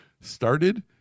started